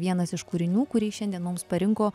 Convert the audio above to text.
vienas iš kūrinių kurį šiandien mums parinko